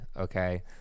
Okay